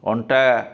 ଅଣ୍ଟା